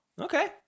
Okay